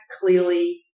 clearly